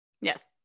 Yes